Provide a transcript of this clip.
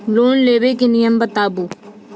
Loan लेबे के नियम बताबू?